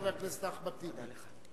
חבר הכנסת אחמד טיבי.